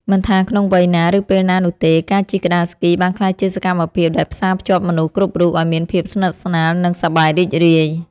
មិនថាក្នុងវ័យណា ឬពេលណានោះទេ ការជិះក្ដារស្គីបានក្លាយជាសកម្មភាពដែលផ្សារភ្ជាប់មនុស្សគ្រប់រូបឱ្យមានភាពស្និទ្ធស្នាល និងសប្បាយរីករាយ។